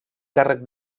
càrrec